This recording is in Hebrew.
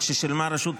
ברור --- שלא עושים כלום.